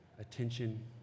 attention